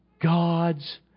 God's